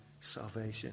salvation